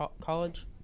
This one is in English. college